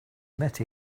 met